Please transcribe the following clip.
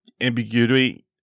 ambiguity